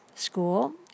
school